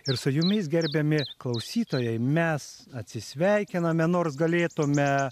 ir su jumis gerbiami klausytojai mes atsisveikiname nors galėtume